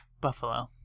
buffalo